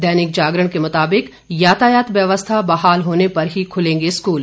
दैनिक जागरण के मुताबिक यातायात व्यवस्था बहाल होने पर ही खुलेंगे स्कूल